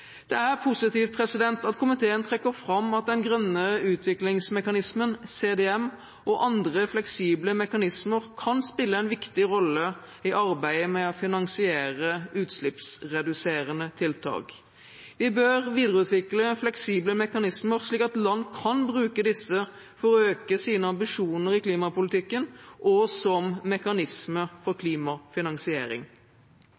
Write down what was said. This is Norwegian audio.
Det er positivt at komiteen trekker fram at Den grønne utviklingsmekanismen, CDM, og andre fleksible mekanismer kan spille en viktig rolle i arbeidet med å finansiere utslippsreduserende tiltak. Vi bør videreutvikle fleksible mekanismer, slik at land kan bruke disse for å øke sine ambisjoner i klimapolitikken og som mekanisme for klimafinansiering.